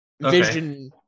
vision